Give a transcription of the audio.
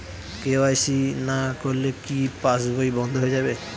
KYC না করলে কি পাশবই বন্ধ হয়ে যাবে?